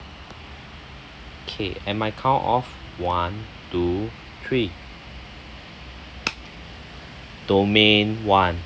okay at my count off one two three domain one